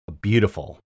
beautiful